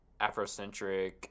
Afrocentric